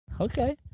Okay